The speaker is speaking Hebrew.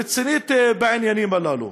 רצינית בעניינים הללו?